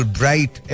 bright